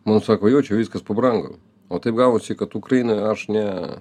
mum sako jo čia viskas pabrango o taip gavosi kad ukrainoj aš ne